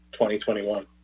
2021